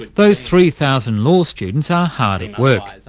those three thousand law students are hard at work.